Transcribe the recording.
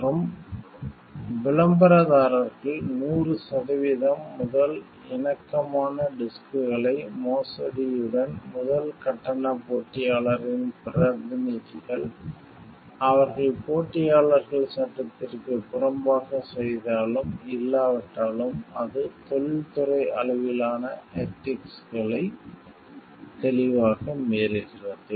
மற்றும் விளம்பரதாரர்கள் 100 சதவீதம் முதல் இணக்கமான டிஸ்க்கள் மோசடியுடன் முதல் கட்டண போட்டியாளரின் பிரதிநிதிகள் அவர்கள் போட்டியாளர்கள் சட்டத்திற்குப் புறம்பாகச் செய்தாலும் இல்லாவிட்டாலும் அது தொழில்துறை அளவிலான எதிக்ஸ்களை தெளிவாக மீறுகிறது